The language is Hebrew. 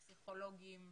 לפסיכולוגים,